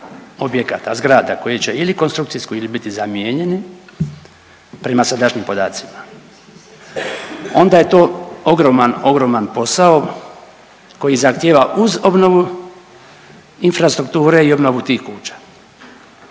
objekata, zgrada koje će ili konstrukcijsko ili biti zamijenjene prema sadašnjim podacima onda je to ogroman, ogroman posao koji zahtjeva uz obnovu infrastrukture i obnovu tih kuća.